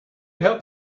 help